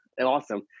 awesome